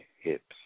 hips